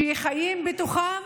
שחיים בתוכם